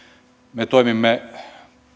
me toimimme